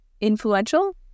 influential